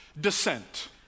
descent